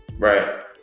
right